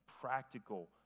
practical